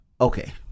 Okay